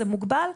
זה מוגבל,